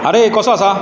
आरे कसो आसा